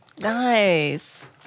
Nice